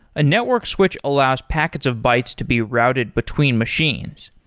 a network switch allows packets of bytes to be routed between machines.